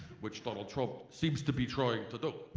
which donald trump seems to be trying to do.